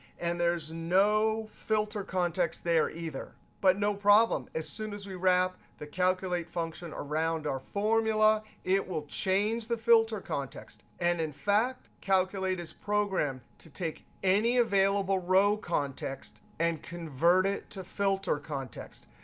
and there's no filter context there either. but no problem. as soon as we wrap the calculate function around our formula, it will change the filter context. and in fact, calculate is programmed to take any available row context and convert it to filter context.